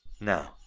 Now